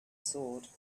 sword